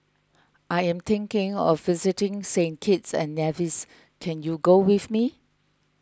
I am thinking of visiting Saint Kitts and Nevis can you go with me